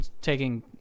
taking